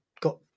got